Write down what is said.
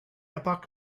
epoch